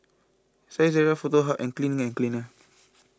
Saizeriya Foto Hub and Clean and cleaner